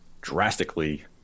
drastically